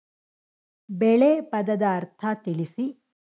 ಬೆಳೆ ಪದದ ಅರ್ಥ ತಿಳಿಸಿ?